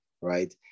right